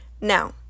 Now